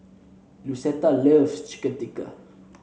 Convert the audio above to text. Lucetta loves Chicken Tikka